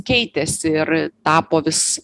keitėsi ir tapo vis